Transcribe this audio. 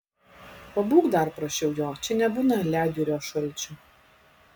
pabūk dar prašiau jo čia nebūna ledjūrio šalčių